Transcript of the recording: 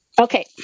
okay